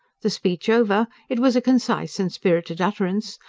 the speech over it was a concise and spirited utterance,